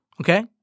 okay